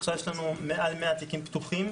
עכשיו יש מעל מאה תיקים פתוחים.